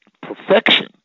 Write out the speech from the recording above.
perfection